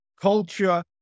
culture